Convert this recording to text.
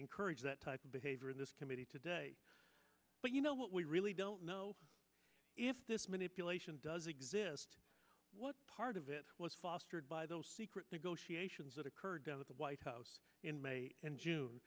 encourage that type of behavior in this committee today but you know what we really don't know if this manipulation does exist what part of it was fostered by the secret negotiations that occurred at the white house in may and june